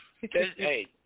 Hey